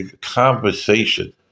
conversation